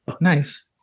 nice